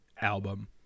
album